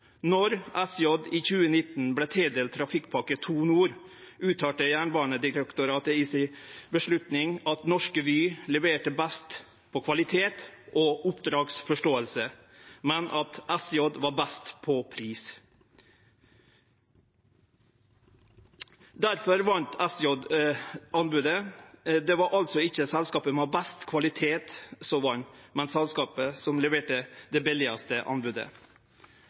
i 2019 vart tildelt Trafikkpakke 2 Nord, uttalte Jernbanedirektoratet i avgjerda at norske Vy leverte best på kvalitet og oppdragsforståing, men at SJ var best på pris. Difor vant SJ anbodet. Det var altså ikkje selskapet som hadde best kvalitet som vann, men selskapet som leverte det billigaste anbodet.